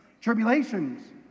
Tribulations